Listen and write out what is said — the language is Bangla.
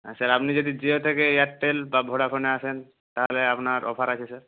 হ্যাঁ স্যার আপনি যদি জিও থেকে এয়ারটেল বা ভোডাফোনে আসেন তাহলে আপনার অফার আছে স্যার